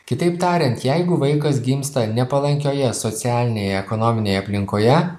kitaip tariant jeigu vaikas gimsta nepalankioje socialinėje ekonominėje aplinkoje